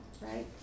right